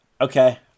Okay